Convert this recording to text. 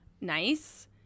nice